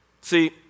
See